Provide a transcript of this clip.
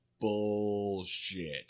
BULLSHIT